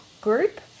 group